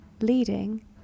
leading